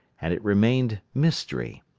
and it remained mystery,